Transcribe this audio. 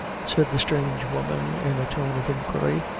said the strange woman in a tone of inquiry.